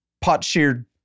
pot-sheared